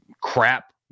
crap